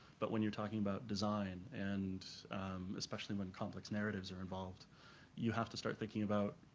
but when you're talking about design and especially when complex narratives are involved you have to start thinking about,